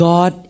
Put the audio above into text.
God